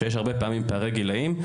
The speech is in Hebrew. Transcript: כשיש הרבה פעמים פערי גילאים.